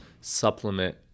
supplement